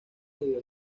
debido